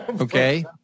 Okay